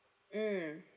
mm